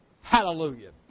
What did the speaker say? Hallelujah